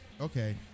Okay